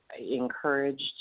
encouraged